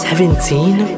Seventeen